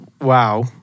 wow